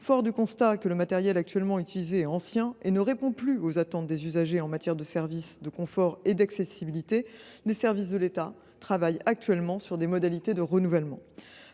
Forts du constat que le matériel actuellement utilisé est ancien et ne répond plus aux attentes des usagers en matière de service, de confort et d’accessibilité, les services de l’État travaillent sur des modalités de renouvellement.